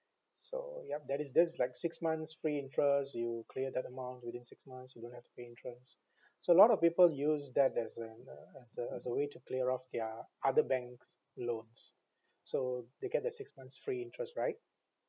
so yup there is there's like six months free interest you clear that amount within six months you don't have to pay interest so a lot of people use that as a the as a as a way to clear off their other banks' loans so they get their six months free interest right